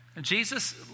Jesus